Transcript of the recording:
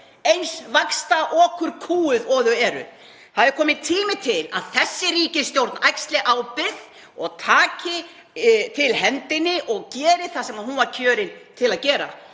eins vaxtaokurkúgað og það er. Það er kominn tími til að þessi ríkisstjórn axli ábyrgð og taki til hendinni og geri það sem hún var kjörin til að gera.